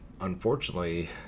unfortunately